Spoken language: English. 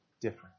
different